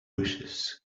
wishes